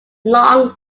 long